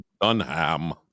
Dunham